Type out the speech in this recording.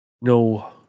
No